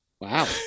Wow